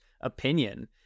opinion